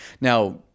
Now